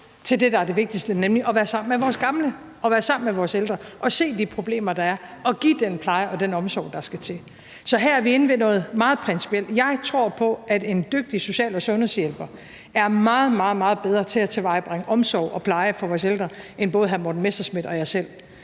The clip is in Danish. til det, der er det vigtigste, nemlig at være sammen med vores gamle og være sammen med vores ældre og se de problemer, der er, og give den pleje og den omsorg, der skal til. Så her er vi inde ved noget meget principielt. Jeg tror på, at en dygtig social- og sundhedshjælper er meget, meget bedre til at tilvejebringe omsorg og pleje for vores ældre end både hr. Morten Messerschmidt og jeg selv.